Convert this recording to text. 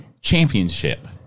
championship